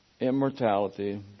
immortality